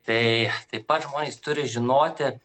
tai taip pat žmonės turi žinoti